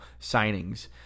signings